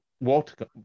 water